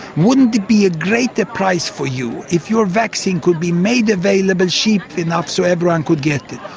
wouldn't it be a greater prize for you if your vaccine could be made available cheap enough so everyone could get it?